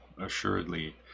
assuredly